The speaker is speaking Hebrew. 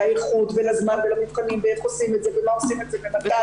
לאיכות ולזמן ולמבחנים ואיך עושים את זה ומה עושים את זה ומתי,